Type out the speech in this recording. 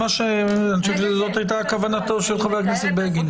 אני חושב שזאת הייתה כוונתו של חבר הכנסת בגין.